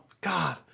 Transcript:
God